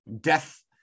death